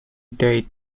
date